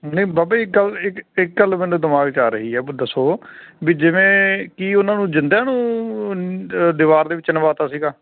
ਨਹੀਂ ਬਾਬਾ ਜੀ ਇੱਕ ਗੱਲ ਇੱਕ ਗੱਲ ਮੈਨੂੰ ਦਿਮਾਗ 'ਚ ਆ ਰਹੀ ਆ ਵੀ ਦੱਸੋ ਵੀ ਜਿਵੇਂ ਕਿ ਉਹਨਾਂ ਨੂੰ ਜਿਉਂਦਿਆਂ ਨੂੰ ਦੀਵਾਰ ਦੇ ਵਿੱਚ ਚਿਣਵਾ ਦਿੱਤਾ ਸੀਗਾ